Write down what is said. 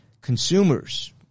consumers